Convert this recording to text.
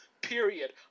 period